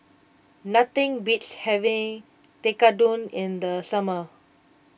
nothing beats having Tekkadon in the summer